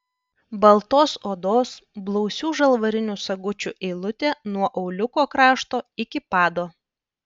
baltos odos blausių žalvarinių sagučių eilutė nuo auliuko krašto iki pado